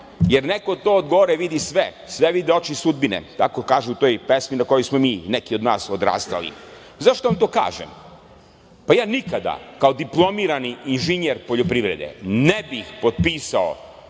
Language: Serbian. jer neko to od gore vidi sve, sve vide oči sudbine. Tako kaže u toj pesmi, na kojoj smo mi, neki od nas odrastali.Zašto vam to kažem? Pa, ja nikada kao diplomirani inženjer poljoprivrede ne bih potpisao